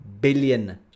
billion